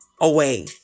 away